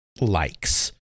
likes